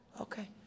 Okay